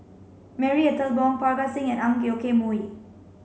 Marie Ethel Bong Parga Singh and Ang Yoke Mooi